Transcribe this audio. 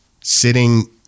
sitting